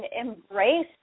embrace